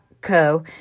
co